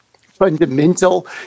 fundamental